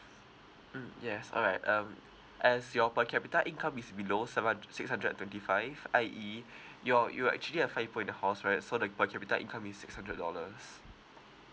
mm yes all right um as your per capita income is below seven hundred six hundred and twenty five I_E your you actually have five people in the house right so the per capita income is six hundred dollars